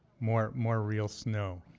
more more real snow.